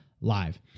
live